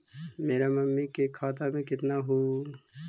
मेरा मामी के खाता में कितना हूउ?